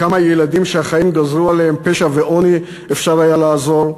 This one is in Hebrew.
לכמה ילדים שהחיים גזרו עליהם פשע ועוני אפשר היה לעזור?